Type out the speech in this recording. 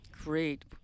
Great